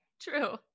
True